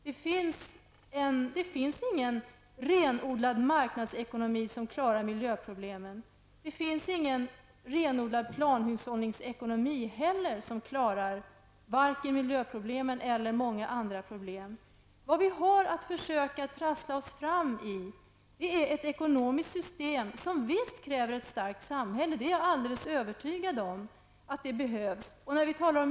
Det finns ingen renodlad marknadsekonomi som klarar miljöproblemen. Det finns inte heller någon renodlad planhushållningsekonomi som klarar miljöproblemen eller många andra problem. Vad vi har att försöka trassla oss fram i är ett ekonomiskt system, som visst kräver ett starkt samhälle -- det är jag alldeles övertygad om.